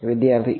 વિદ્યાર્થી e1